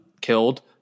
killed